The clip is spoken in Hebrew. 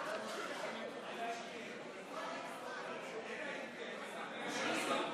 היושב-ראש, חברי הכנסת,